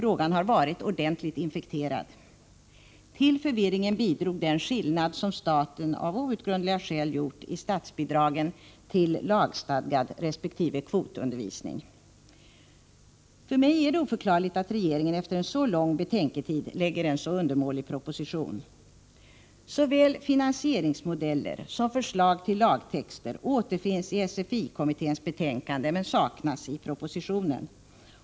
Frågan har varit ordentligt infekterad. Till förvirringen bidrog den skillnad som staten av outgrundliga skäl åstadkommit i statsbidragen beträffande lagstadgad undervisning resp. kvotundervisning. För mig är det oförklarligt att regeringen efter så lång betänketid som den nu haft lägger fram en så undermålig proposition. Såväl finansieringsmodeller som förslag till lagtexter återfinns i SFI-kommitténs betänkande, men saknas i propositionen.